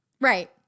Right